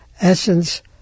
essence